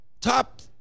top